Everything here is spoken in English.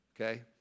Okay